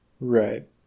Right